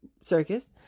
circus